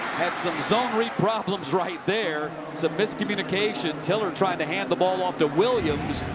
had some zone read problems right there. some miscommunication. tiller trying to hand the ball off to williams.